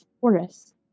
forest